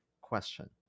question